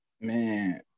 Man